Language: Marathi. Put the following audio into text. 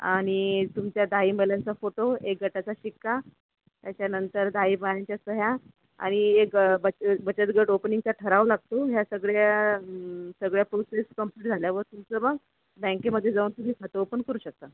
आणि तुमच्या दाही बाल्यांचा फोटो एक गटाचा शिक्का त्याच्यानंतर दाही बायांच्या सह्या आणि एक बच बचत गट ओपनिंगचा ठराव लागतो ह्या सगळ्या सगळ्या प्रोसेस कंप्लीट झाल्यावर तुमचं मग बँकेमध्ये जाऊन तुम्ही खातं ओपन करू शकता